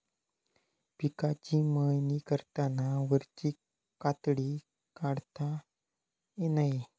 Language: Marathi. पिकाची मळणी करताना वरची कातडी काढता नये